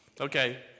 Okay